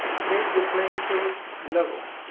make the playing field level.